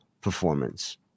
performance